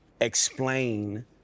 explain